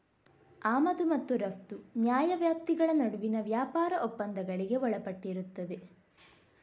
ಆಮದು ಮತ್ತು ರಫ್ತು ಆಮದು ಮತ್ತು ರಫ್ತು ನ್ಯಾಯವ್ಯಾಪ್ತಿಗಳ ನಡುವಿನ ವ್ಯಾಪಾರ ಒಪ್ಪಂದಗಳಿಗೆ ಒಳಪಟ್ಟಿರುತ್ತದೆ